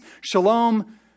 Shalom